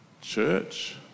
church